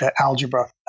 algebra